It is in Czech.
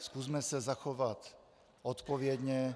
Zkusme se zachovat odpovědně.